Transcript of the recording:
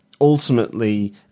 ultimately